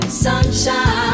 sunshine